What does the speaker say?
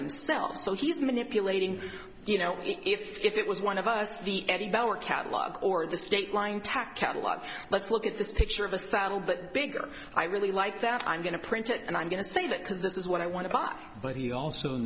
themselves so he's manipulating you know if it was one of us the eddie bauer catalog or the state line tack catalog let's look at this picture of a saddle but bigger i really like that i'm going to print it and i'm going to save it because this is what i want to buy but he also